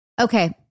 Okay